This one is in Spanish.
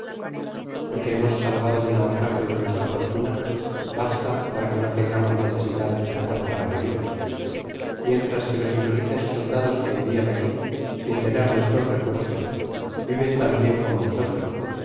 lo que hemos saivado del naufragio de nuestra fortuna basta para quo no tengamos necesidad de cazar para vivir mientras que los infelices soldados que envian aquí sin tener duestros recursos viven tan bien como nosotros